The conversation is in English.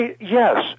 Yes